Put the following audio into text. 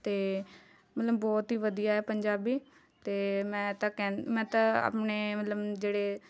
ਅਤੇ ਮਤਲਬ ਬਹੁਤ ਹੀ ਵਧੀਆ ਹੈ ਪੰਜਾਬੀ ਅਤੇ ਮੈਂ ਤਾਂ ਕਹਿ ਮੈਂ ਤਾਂ ਆਪਣੇ ਮਤਲਬ ਜਿਹੜੇ